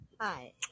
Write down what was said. Hi